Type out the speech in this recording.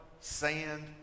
sand